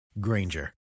Granger